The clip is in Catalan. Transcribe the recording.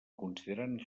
considerant